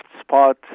spot